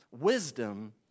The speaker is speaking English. wisdom